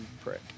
prick